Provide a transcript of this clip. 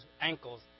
ankles